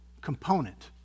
component